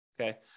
okay